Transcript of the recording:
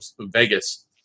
Vegas